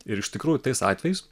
ir iš tikrųjų tais atvejais